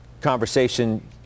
conversation